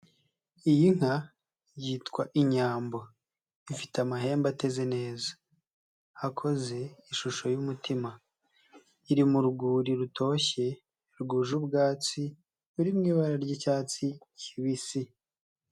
Iyi nka yitwa Inyambo, ifite amahembe ateze neza akoze ishusho y'umutima, iri mu rwuri rutoshye rwuje ubwatsi ruri mu ibara ry'icyatsi kibisi.